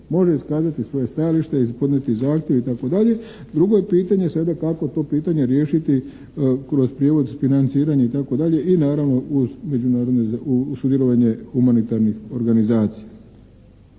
može iskazati svoje stajalište i podnijeti zahtjev, itd. Drugo je pitanje sada kako to pitanje riješiti kroz prijevod, financiranje, itd., i naravno uz sudjelovanje humanitarnih organizacija.